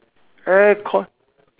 aircon